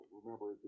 remember